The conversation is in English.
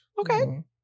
Okay